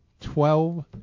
twelve